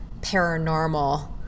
paranormal